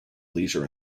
leisure